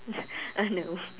uh no